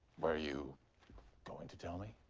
we're you going to tell me?